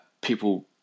people